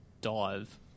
dive